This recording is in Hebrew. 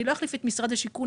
אני לא אחליף את משרד השיכון,